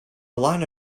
line